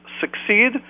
succeed